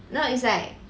no it's like